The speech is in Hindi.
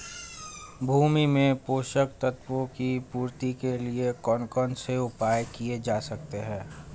भूमि में पोषक तत्वों की पूर्ति के लिए कौन कौन से उपाय किए जा सकते हैं?